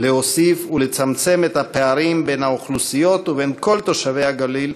להוסיף לצמצם את הפערים בין האוכלוסיות ובין כל תושבי הגליל